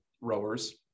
rowers